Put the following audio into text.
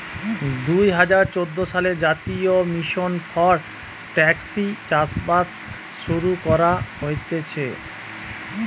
দুই হাজার চোদ্দ সালে জাতীয় মিশন ফর টেকসই চাষবাস শুরু করা হতিছে